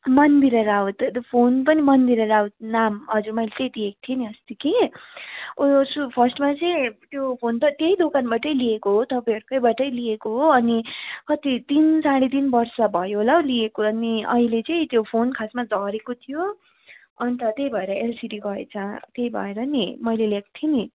मनबिरेरा हो त्यो त्यो फोन पनि मनबिरेरा हो नाम हजुर मैले त्यही दिएकी थिएँ नि अस्ति कि उयो सु फर्स्टमा चाहिँ त्यो फोन त त्यही दोकानबाटै लिएको हो तपाईँहरूकोबाटै लिएको हो अनि कति तिन साढे तिन वर्ष भयो होला हो लिएको अनि अहिले चाहिँ त्यो फोन खासमा झरेको थियो अन्त त्यही भएर एलसिडी गएछ त्यही भएर नि मैले ल्याएको थिएँ नि